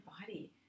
body